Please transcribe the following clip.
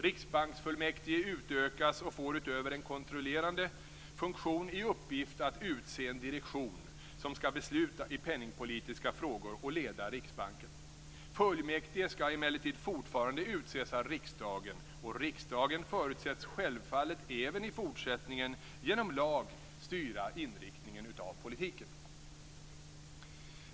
Riksbanksfullmäktige utökas och får utöver en kontrollerande funktion i uppgift att utse en direktion, som skall besluta i penningpolitiska frågor och leda Riksbanken. Fullmäktige skall emellertid fortfarande utses av riksdagen, och riksdagen förutsätts självfallet även i fortsättningen genom lag styra inriktningen av politiken.